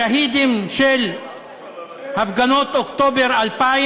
השהידים של הפגנות אוקטובר 2000,